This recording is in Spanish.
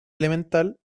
elemental